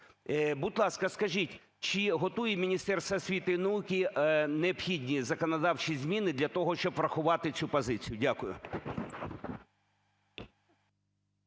Будь ласка, скажіть, чи готує Міністерство освіти і науки необхідні законодавчі зміни для того, щоб врахувати цю позицію? Дякую.